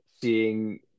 seeing